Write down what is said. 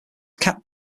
capped